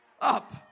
up